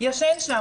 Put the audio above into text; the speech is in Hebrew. ישן שם.